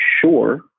sure